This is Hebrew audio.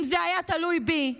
אם זה היה תלוי בי,